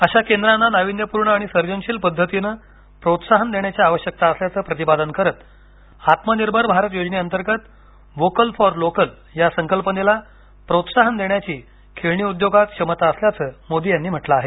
अशा केंद्रांना नाविन्यपूर्ण आणि सर्जनशील पद्धतीने प्रोत्साहन देण्याची आवश्यकता असल्याचं प्रतिपादन करत आत्मनिर्भर भारत योजनेअंतर्गत व्होकल फॉर लोकल याला प्रोत्साहन देण्याची खेळणी उद्योगात स्थित्यंतर घडवण्याची क्षमता असल्याचं मोदी यांनी म्हटलं आहे